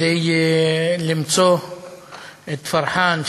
כדי למצוא את פרחאן,